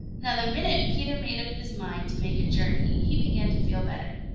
now the minute peter made up his mind to make a journey, he began to feel better.